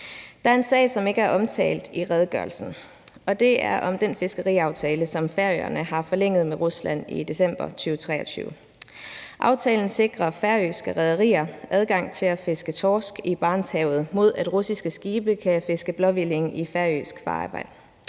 Der er en sag, som ikke er omtalt i redegørelsen, og det er den fiskeriaftale, som Færøerne har forlænget med Rusland i december 2023. Aftalen sikrer færøske rederier adgang til at fiske torsk i Barentshavet, mod at russiske skibe kan fiske blåhvilling i færøsk farvand.